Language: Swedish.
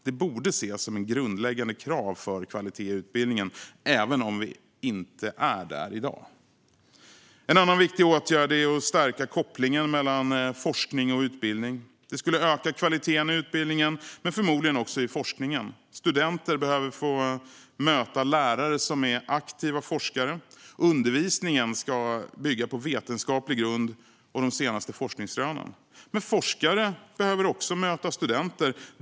Det borde ses som ett grundläggande krav för kvalitet i utbildningen, även om vi inte är där i dag. En annan viktig åtgärd är att stärka kopplingen mellan forskning och utbildning. Det skulle öka kvaliteten i utbildningen, men förmodligen också i forskningen. Studenter behöver få möta lärare som är aktiva forskare. Undervisningen ska bygga på vetenskaplig grund och de senaste forskningsrönen. Men forskare behöver också möta studenter.